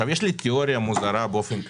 יש לי תיאוריה מוזרה באופן כללי.